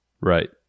Right